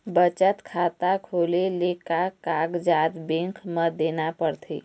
बचत खाता खोले ले का कागजात बैंक म देना पड़थे?